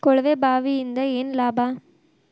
ಕೊಳವೆ ಬಾವಿಯಿಂದ ಏನ್ ಲಾಭಾ?